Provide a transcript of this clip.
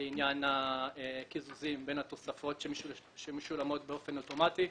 לעניין הקיזוזים בין התוספות שמשולמות באופן אוטומטי.